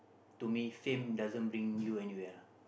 to me fame doesn't bring anywhere lah